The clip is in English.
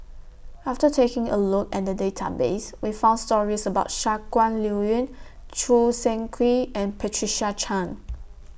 after taking A Look At The Database We found stories about Shangguan Liuyun Choo Seng Quee and Patricia Chan